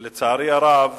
אבל לצערי הרב